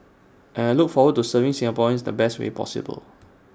and look forward to serving Singaporeans in the best way possible